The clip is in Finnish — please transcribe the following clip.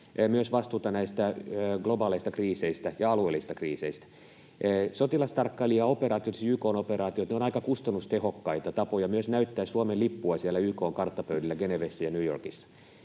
myös vastuuta näistä globaaleista kriiseistä ja alueellisista kriiseistä. YK:n sotilastarkkailijaoperaatiot ovat aika kustannustehokkaita tapoja myös näyttää Suomen lippua siellä YK:n karttapöydillä Genevessä ja New Yorkissa.